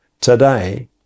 today